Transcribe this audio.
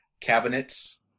cabinets